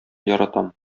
яратам